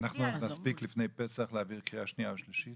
את חושבת שאנחנו נספיק לפני פסח להעביר קריאה שנייה ושלישית,